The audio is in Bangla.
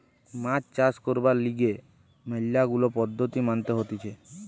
মাছ চাষ করবার লিগে ম্যালা গুলা পদ্ধতি মানতে হতিছে